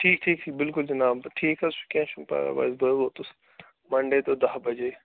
ٹھیٖک ٹھیٖک چھِ بِلکُل جناب ٹھیٖک حظ چھُ کیٚنہہ چھُنہٕ پرواے بہٕ حظ ووتُس مَنٛڈے دۄہ دَہ بجے